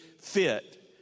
fit